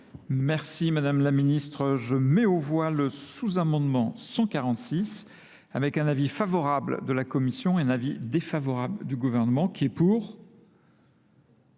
Merci Madame la Ministre. Je mets au voie le sous-amendement 146 avec un avis favorable de la Commission et un avis défavorable du gouvernement qui est pour